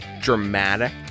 dramatic